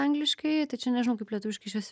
angliškai tai čia nežinau kaip lietuviškai išves